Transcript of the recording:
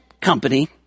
company